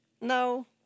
No